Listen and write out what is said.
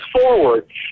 forward